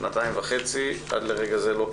שנתיים וחצי, עד לרגע זה לא קיבלו.